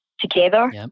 together